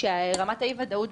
שרמת האי וודאות,